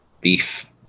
beef